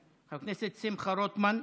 חבר הכנסת שמחה רוטמן,